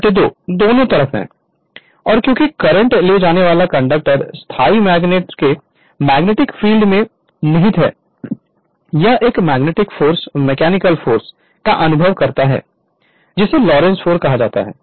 Refer Slide Time 0245 और क्योंकि current ले जाने वाला कंडक्टर स्थायी मैग्नेट के मैग्नेटिक फील्ड में निहित है यह एक मैकेनिकल फोर्स का अनुभव करता है जिसे लोरेंट्ज़ फोर्स कहा जाता है